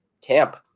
camp